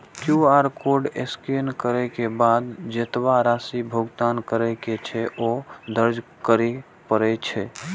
QR code scan करै के बाद जेतबा राशि भुगतान करै के छै, ओ दर्ज करय पड़ै छै